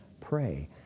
pray